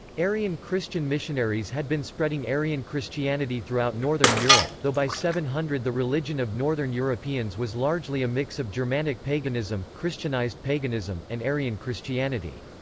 arian christian missionaries had been spreading arian christianity throughout northern europe though by seven hundred the religion of northern europeans was largely a mix of germanic paganism, christianized paganism, and arian christianity.